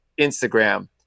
Instagram